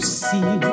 see